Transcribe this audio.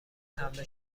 حمله